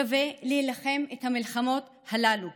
שווה להילחם את המלחמות הללו,